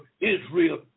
Israel